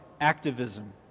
activism